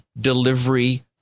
delivery